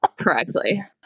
correctly